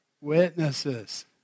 Witnesses